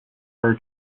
her